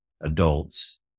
adults